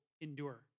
endure